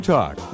Talk